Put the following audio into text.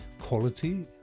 quality